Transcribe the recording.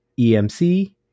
EMC